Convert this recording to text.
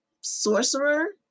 sorcerer